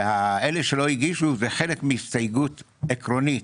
ואלה שלא הגישו זה חלק מהסתייגות עקרונית